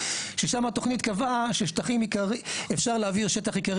שם התוכנית קבעה שאפשר להעביר שטח עיקרי